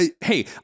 hey